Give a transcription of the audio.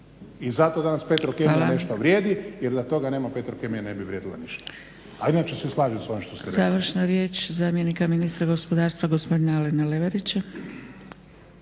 I zato danas Petrokemija nešto vrijedi, jer da toga nema Petrokemija ne bi vrijedila ništa. A inače se slažem sa ovim što ste rekli.